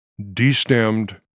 destemmed